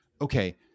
okay